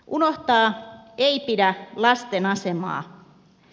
unohtaa ei pidä lasten asemaa